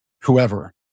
whoever